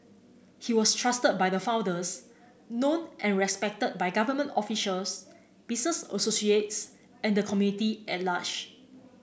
he was trusted by the founders known and respected by government officials business associates and the community at large